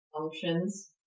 functions